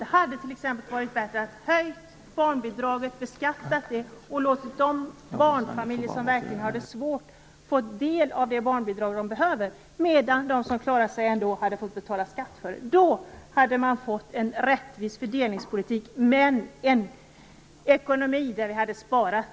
Det hade t.ex. varit bättre att höja barnbidraget, beskatta det och låta de barnfamiljer som verkligen har det svårt få del av det barnbidrag som de behöver, medan de som klarar sig ändå hade fått betala skatt för det. Då hade man fått en rättvis fördelningspolitik, en ekonomi där vi hade sparat.